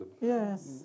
Yes